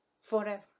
forever